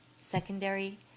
secondary